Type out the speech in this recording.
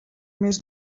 més